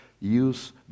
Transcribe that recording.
Use